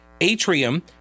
Atrium